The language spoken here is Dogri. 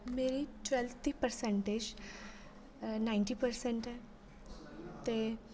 मेरी टवेल्थ दी परसेन्टेज नाइन्टी परसेंट ऐ ते